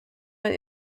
ein